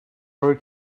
her